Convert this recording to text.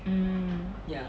mm